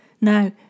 Now